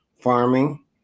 farming